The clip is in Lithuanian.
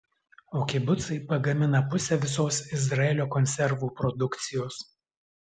o kibucai pagamina pusę visos izraelio konservų produkcijos